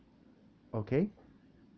okay